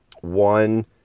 one